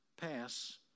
pass